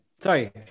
Sorry